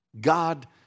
God